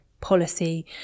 policy